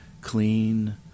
clean